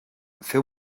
feu